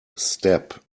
step